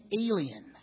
alien